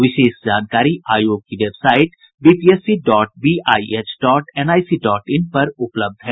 विशेष जानकारी आयोग की website BPSC dot BIH dot NIC dot in पर उपलब्ध है